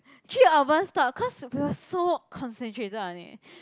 three of us thought cause we are so concentrated on it